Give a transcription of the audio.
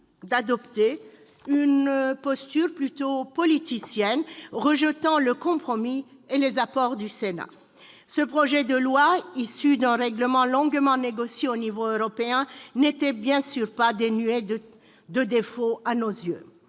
d'adopter une posture plutôt politicienne, rejetant le compromis proposé par le Sénat et ses apports. Ce projet de loi, issu d'un règlement longuement négocié au niveau européen, n'était bien sûr pas dénué de défauts à nos yeux.